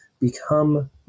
Become